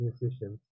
musicians